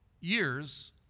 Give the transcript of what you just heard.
years